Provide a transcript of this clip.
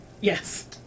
Yes